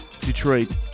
Detroit